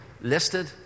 listed